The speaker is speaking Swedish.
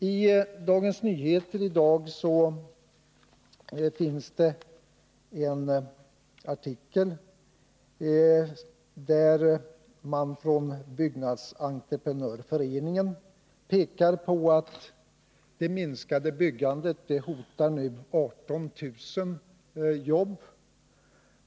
I Dagens Nyheter i dag finns en artikel där det framhålls att man från Byggnadsentreprenörföreningen pekar på att det minskade byggandet nu hotar 18 000 jobb.